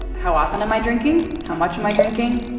how often am i drinking? how much am i drinking?